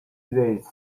days